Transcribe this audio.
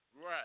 Right